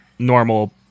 normal